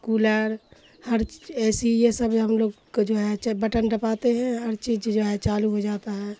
cooler ہر چیز A C یہ سب ہم لوگ کو جو ہے چاہے بٹن دباتے ہیں ہر چیز جو ہے چالو ہو جاتا ہے